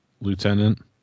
lieutenant